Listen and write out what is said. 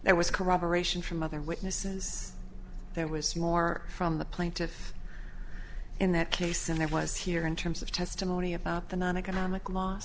there was corroboration from other witnesses there was more from the plaintiff in that case and i was here in terms of testimony about the noneconomic